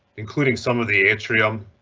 including some of the atrium.